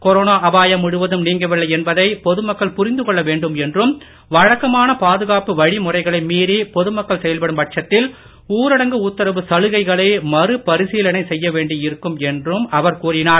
corona ஆபாயம் முழுவதும் நீங்கவில்லை என்பதை பொதுமக்கள் புரிந்து கொள்ள வேண்டும் என்றும் வழக்கமான பாதுகாப்பு வழிமுறைகளை மீறி பொதுமக்கள் செயல்படும் பட்சத்தில் ஊரடங்கு உத்தரவு தளர்வுகளை மறு பரிசீலனை செய்ய வேண்டி இருக்கும் என்றும் அவர் கூறினார்